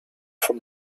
from